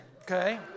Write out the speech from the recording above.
Okay